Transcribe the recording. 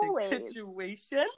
situation